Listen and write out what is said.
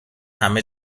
همه